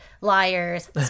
liars